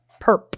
perp